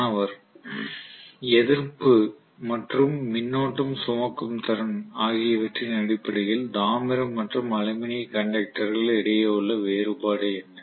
மாணவர் எதிர்ப்பு மற்றும் மின்னோட்டம் சுமக்கும் திறன் ஆகியவற்றின் அடிப்படையில் தாமிரம் மற்றும் அலுமினிய கண்டக்டர்கள் இடையே உள்ள வேறுபாடு என்ன